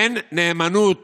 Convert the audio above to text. אין נאמנות